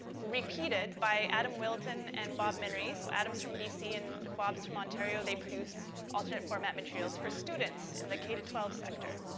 repeated by adam wilton and bob minnery. so, adam's from bc and bob's from ontario, they produce alternate format materials for students in the k to twelve sector.